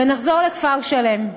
ונחזור לכפר-שלם.